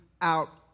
out